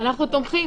אנחנו תומכים.